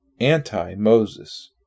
anti-Moses